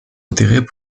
intérêt